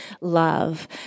love